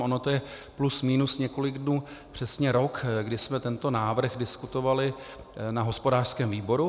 Ono to je plus minus několik dnů přesně rok, kdy jsme tento návrh diskutovali na hospodářském výboru.